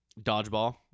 dodgeball